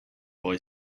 boy